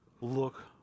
look